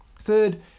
Third